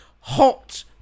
hot